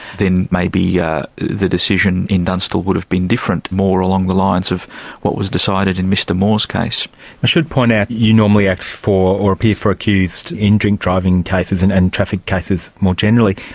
then maybe yeah the decision in dunstall would have been different, more along the lines of what was decided in mr moore's case. i should point out you normally act for or appear for accused in drink driving cases and and traffic cases more generally.